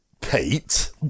Pete